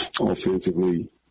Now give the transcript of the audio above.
Offensively